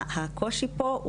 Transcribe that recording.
הקושי פה,